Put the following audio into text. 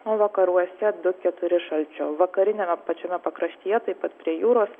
o vakaruose du keturi šalčio vakariniame pačiame pakraštyje taip pat prie jūros